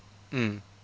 mm